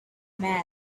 man